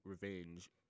revenge